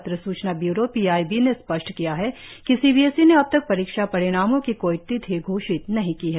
पत्र सूचना bureau PIB ने स्पष्ट किया है कि सीबीएसई ने अब तक परीक्षा परिणामों की कोई तिथि घोषित नहीं की है